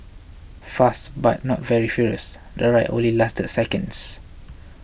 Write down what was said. fast but not very furious the ride only lasted seconds